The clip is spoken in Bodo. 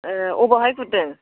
ए बबेयावहाय गुरदों